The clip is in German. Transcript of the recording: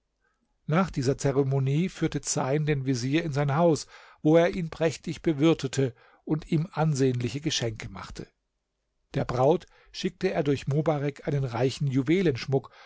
nach dieser zeremonie führte zeyn den vezier in sein haus wo er ihn prächtig bewirtete und ihm ansehnliche geschenke machte der braut schickte er durch mobarek einen reichen